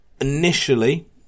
initially